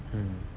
mm